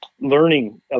learning